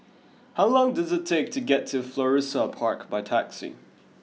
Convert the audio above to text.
how long does it take to get to Florissa Park by taxi